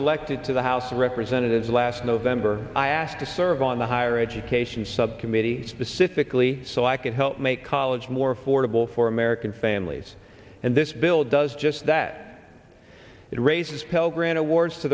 elected to the house of representatives last november i asked to serve on the higher education subcommittee specifically so i can help make college more affordable for american families and this bill does just that it raises pell grant awards to